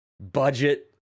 budget